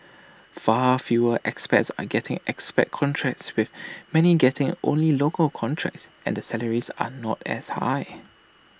far fewer expats are getting expat contracts with many getting only local contracts and the salaries are not as high